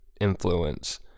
influence